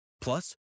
Plus